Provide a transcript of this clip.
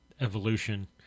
evolution